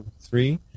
three